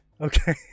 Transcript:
Okay